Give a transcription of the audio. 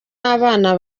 abana